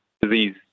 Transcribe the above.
disease